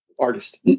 artist